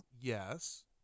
yes